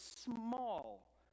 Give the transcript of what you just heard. small